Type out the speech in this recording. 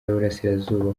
yiburasirazuba